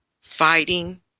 fighting